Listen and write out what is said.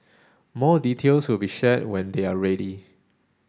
more details will be shared when they are ready